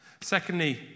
Secondly